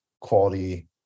quality